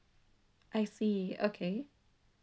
I see okay